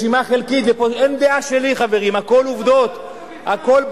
פה אין דעה שלי, חברים, הכול בדוק בעובדות.